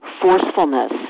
forcefulness